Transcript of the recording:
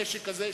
מכן,